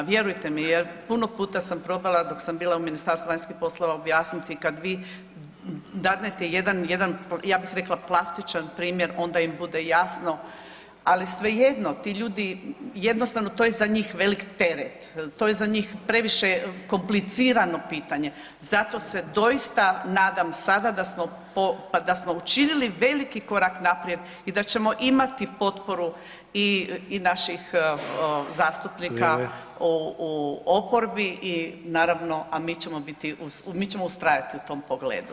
Vjerujte mi jer puno puta sam probala dok sam bila u Ministarstvu vanjskih poslova objasniti kad vi dadnete jedan, jedan, ja bih rekla plastičan primjer onda im bude jasno, ali svejedno ti ljudi, jednostavno to je za njih velik teret, to je za njih previše komplicirano pitanje zato se doista nadam sada da smo, pa da smo učinili veliki korak naprijed i da ćemo imati potporu i naših zastupnika [[Upadica: Vrijeme]] u, u oporbi i naravno, a mi ćemo biti, mi ćemo ustrajati u tom pogledu.